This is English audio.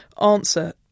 answer